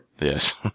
Yes